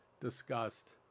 discussed